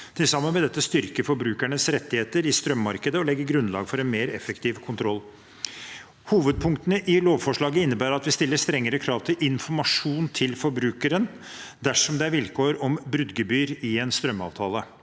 Til sammen vil dette styrke forbrukernes rettigheter i strømmarkedet og legge grunnlag for en mer effektiv kontroll. Hovedpunktene i lovforslaget innebærer at vi stiller strengere krav til informasjon til forbrukeren dersom det er vilkår om bruddgebyr i en strømavtale.